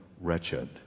wretched